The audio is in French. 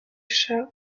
chats